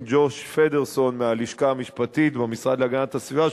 ג'וש פדרסן מהלשכה המשפטית במשרד להגנת הסביבה,